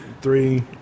three